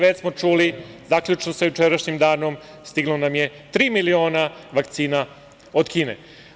Već smo čuli, zaključno sa jučerašnjim danom, stiglo nam je tri miliona vakcina od Kine.